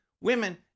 women